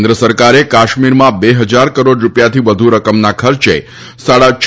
કેન્દ્ર સરકારે કાશ્મીરમાં બે હજાર કરોડ રૂપિયાથી વધુ રકમના ખર્ચે સાડા છ